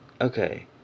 okay